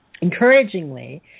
Encouragingly